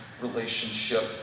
relationship